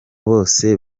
bose